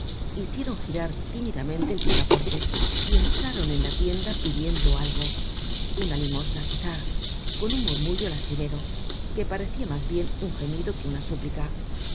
hicieron girar tímidamente el picaporte y entraron en la tienda pidiendo algo una limosna quizá con un murmullo lastimero que parecia mas bien un gemido que una súplica